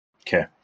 Okay